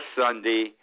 Sunday